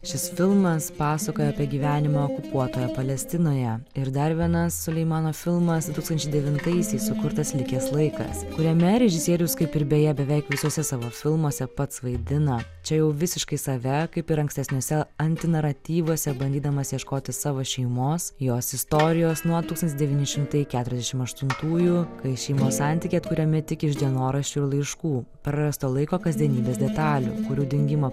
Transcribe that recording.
šis filmas pasakoja apie gyvenimą okupuotoje palestinoje ir dar vienas suleimano filmas du tūkstančiai devintaisiais sukurtas likęs laikas kuriame režisierius kaip ir beje beveik visose savo filmuose pats vaidina čia jau visiškai save kaip ir ankstesniuose anti naratyvuose bandydamas ieškoti savo šeimos jos istorijos nuo tūkstantis devyni šimtai keturiasdešim aštuntųjų kai šeimos santykiai atkuriami tik iš dienoraščių ir laiškų prarasto laiko kasdienybės detalių kurių dingimo